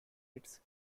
its